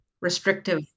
restrictive